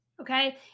okay